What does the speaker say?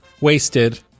wasted